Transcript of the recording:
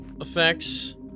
effects